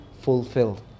fulfilled